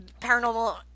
Paranormal